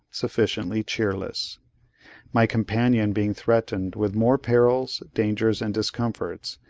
sufficiently cheerless my companion being threatened with more perils, dangers, and discomforts,